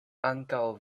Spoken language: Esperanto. ankaŭ